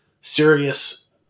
serious